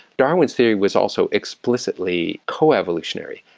darwin's theory was also explicitly co-evolutionary.